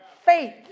faith